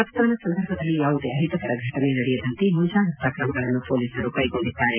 ಮತದಾನ ಸಂದರ್ಭದಲ್ಲಿ ಯಾವುದೇ ಅಹಿತಕರ ಘಟನೆ ನಡೆಯದಂತೆ ಮುಂಜಾಗ್ರತಾ ಕ್ರಮಗಳನ್ನು ಪೊಲೀಸರು ಕೈಗೊಂಡಿದ್ದಾರೆ